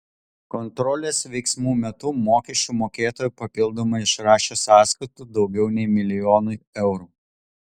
kontrolės veiksmų metu mokesčių mokėtojai papildomai išrašė sąskaitų daugiau nei milijonui eurų